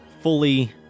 fully